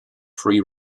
free